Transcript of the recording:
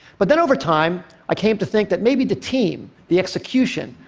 but then over time, i came to think that maybe the team, the execution,